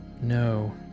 No